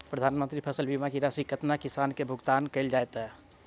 प्रधानमंत्री फसल बीमा की राशि केतना किसान केँ भुगतान केल जाइत है?